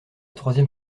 troisième